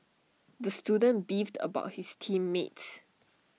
the student beefed about his team mates